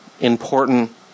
important